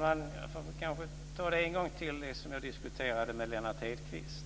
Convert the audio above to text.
Fru talman! Jag får kanske ta det jag diskuterade med Lennart Hedquist